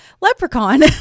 leprechaun